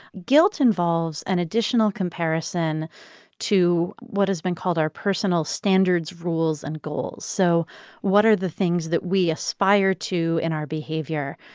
guilt involves an additional comparison to what has been called our personal standards, rules and goals. so what are the things that we aspire to in our behavior?